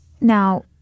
Now